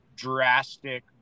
drastic